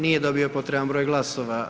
Nije dobio potreban broj glasova.